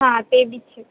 હાં તે બી છે